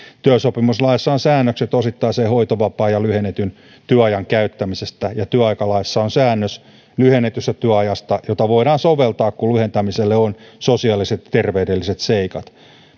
työsopimuslaissa on säännökset osittaisen hoitovapaan ja lyhennetyn työajan käyttämisestä ja työaikalaissa on säännös lyhennetystä työajasta jota voidaan soveltaa kun lyhentämiselle on sosiaaliset terveydelliset seikat